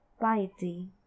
piety